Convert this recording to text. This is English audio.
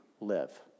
live